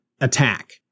attack